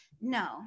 No